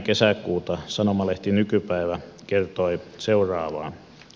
kesäkuuta sanomalehti nykypäivä kertoi seuraavaa